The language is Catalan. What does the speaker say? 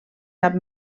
cap